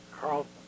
Carlson